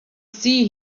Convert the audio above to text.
sea